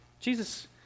Jesus